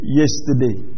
yesterday